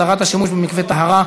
21) (הסדרת השימוש במקווה טהרה),